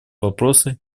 вопросы